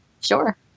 Sure